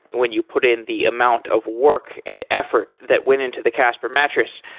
when you put in the amount of work and effort that went into the casper mattress,